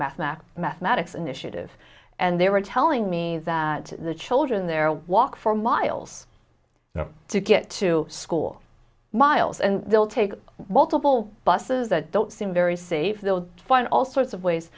mathematics mathematics initiative and they were telling me that the children there walk for miles to get to school miles and they'll take multiple buses that don't seem very safe they will find all sorts of ways